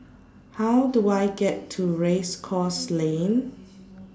How Do I get to Race Course Lane